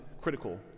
critical